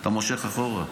אתה מושך אחורה.